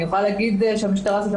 אני יכולה להגיד שהמשטרה כן עושה את